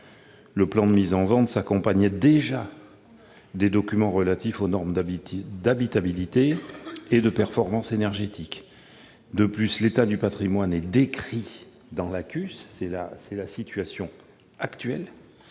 le plan de mise en vente s'accompagne d'ores et déjà des documents relatifs aux normes d'habitabilité et de performance énergétique. De plus, l'état du patrimoine- c'est la situation actuelle